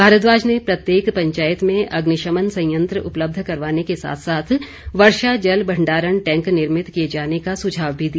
भारद्वाज ने प्रत्येक पंचायत में अग्निशमन सयंत्र उपलब्ध करवाने के साथ साथ वर्षा जल भंडारण टैंक निर्मित किए जाने का सुझाव भी दिया